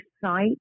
site